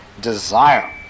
desire